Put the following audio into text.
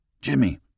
Jimmy